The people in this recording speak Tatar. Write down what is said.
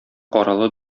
каралы